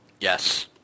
Yes